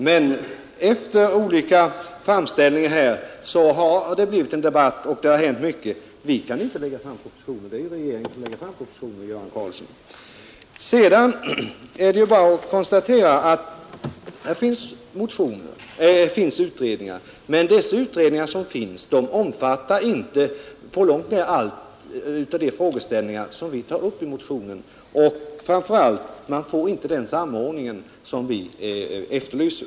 Men efter olika framställningar här har det biivit en debatt, och det har hänt mycket. Vi kan inte lägga fram en proposition — det är regeringen som skall göra det, herr Karlsson. Sedan är det bara att konstatera att här finns utredningar, men de omfattar inte på långt när alla de frågeställningar som vi tar upp i motionen. Och framför allt: Man får inte den samordning som vi efterlyser.